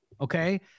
okay